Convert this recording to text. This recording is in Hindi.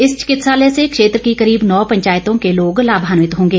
इस चिकित्सालय से क्षेत्र की करीब नौ पंचायतों के लोग लाभान्वित होंगे